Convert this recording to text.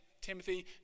Timothy